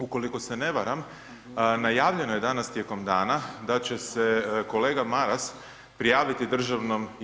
Ukoliko se ne varam, najavljeno je danas tijekom dana da će se kolega Maras prijaviti DIP-u.